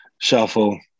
shuffle